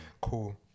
Cool